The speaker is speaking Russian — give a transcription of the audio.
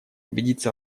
убедиться